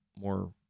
more